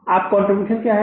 अब कंट्रीब्यूशन क्या है